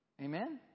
amen